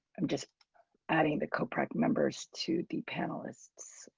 i'm just adding the corporate members to the panelists.